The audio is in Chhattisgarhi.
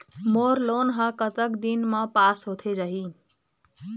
मोर लोन हा कतक दिन मा पास होथे जाही?